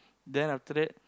then after that